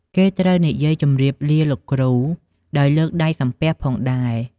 គេត្រូវនិយាយជំរាបលាគ្រូដោយលើកដៃសំពះផងដែរ។